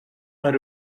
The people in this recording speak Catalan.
per